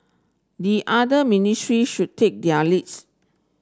the other ministry should take their leads